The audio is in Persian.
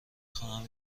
خواهم